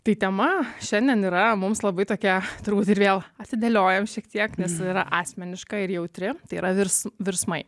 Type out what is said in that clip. tai tema šiandien yra mums labai tokia turbūt ir vėl atidėliojau šiek tiek nes yra asmeniška ir jautri tai yra virs virsmai